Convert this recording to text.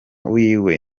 wiwe